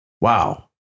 Wow